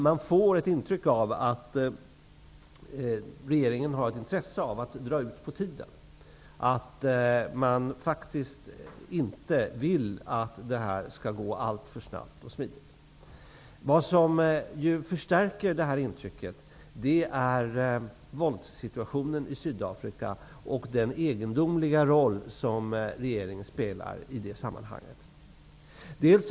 Jag får ett intryck av att regeringen har ett intresse av att dra ut på tiden och av att man faktiskt inte vill att det här skall gå alltför snabbt och smidigt. Något som förstärker det intrycket är våldssituationen i Sydafrika och den egendomliga roll som regeringen i det sammanhanget spelar.